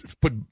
put